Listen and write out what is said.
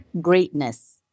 greatness